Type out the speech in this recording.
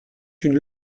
une